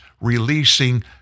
releasing